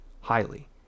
highly